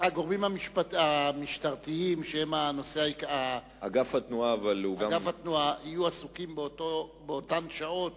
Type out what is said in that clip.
הגורמים המשטרתיים ואגף התנועה יהיו עסוקים באותן שעות